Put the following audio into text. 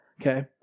Okay